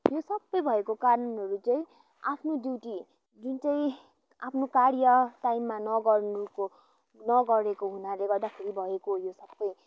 यो सबै भएको कारणहरू चाहिँ आफ्नो ड्युटी जुन चाहिँ आफ्नो कार्य टाइममा नगर्नुको नगरेको हुनाले गर्दाखेरि भएको हो यो सबै